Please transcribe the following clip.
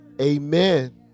Amen